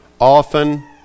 often